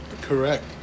Correct